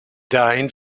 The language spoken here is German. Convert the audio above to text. dahin